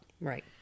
Right